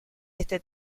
este